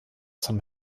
zum